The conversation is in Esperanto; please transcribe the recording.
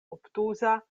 obtuza